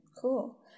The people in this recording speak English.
Cool